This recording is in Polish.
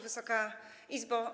Wysoka Izbo!